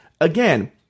again